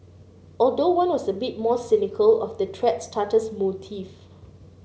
although one was a bit more cynical of the thread starter's motive